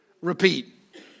repeat